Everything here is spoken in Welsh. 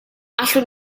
allwn